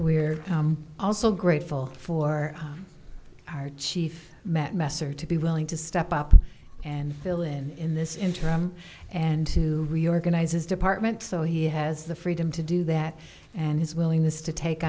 we're also grateful for our chief met messer to be willing to step up and fill in in this interim and to reorganize his department so he has the freedom to do that and his willingness to take